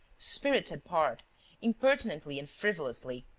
spirited part impertinently and frivolously.